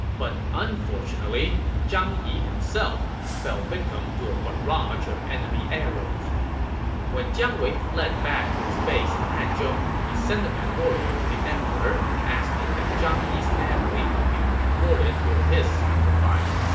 but unfortunately, zhang yi himself fell victim to a barrage of enemy arrows when jiang wei fled back to his base in hanzhong, he sent a memorial to the emperor asking that zhang yi's family be rewarded for his sacrifice.